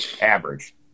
Average